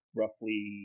roughly